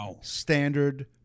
standard